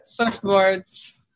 Surfboards